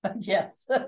Yes